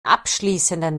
abschließenden